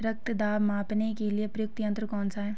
रक्त दाब मापने के लिए प्रयुक्त यंत्र कौन सा है?